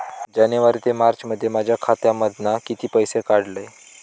जानेवारी ते मार्चमध्ये माझ्या खात्यामधना किती पैसे काढलय?